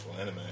anime